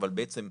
אבל בעצם,